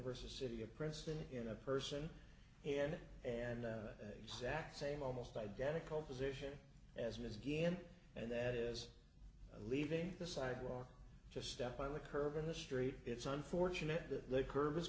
versus city of princeton in a person and and exact same almost identical position as ms again and that is leaving the sidewalk just step on the curb in the street it's unfortunate that the curve